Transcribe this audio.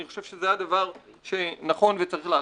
אני חושב שזה הדבר שנכון וצריך לעשות.